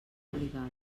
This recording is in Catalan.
obligada